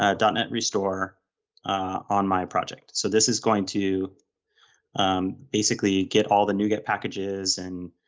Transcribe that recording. ah and net restore on my project. so this is going to basically get all the nuget packages and